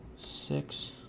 six